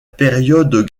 période